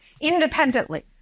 independently